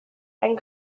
and